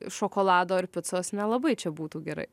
šokolado ar picos nelabai čia būtų gerai